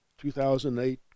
2008